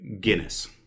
Guinness